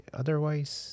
otherwise